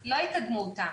ולא יקדמו אותם.